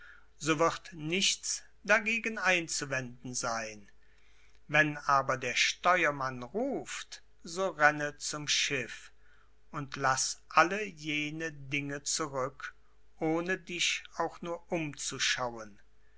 so wird nichts dagegen einzuwenden sein wenn aber der steuermann ruft so renne zum schiff und laß alle jene dinge zurück ohne dich auch nur umzuschauen